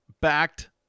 backed